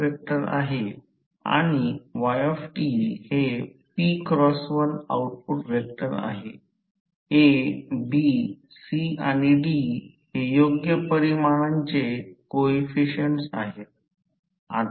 आता म्हणून nu जास्त जर Wi X2 Wc ठेवले याचा अर्थ असा की X2 Wc Wi जर या अभिव्यक्तीमध्ये ठेवले तर X2 Wc Wi